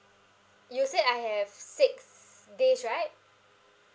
you said I have six days right